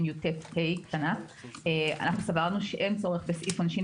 אנחנו לא עוזרים פה לאוכלוסייה החלשה,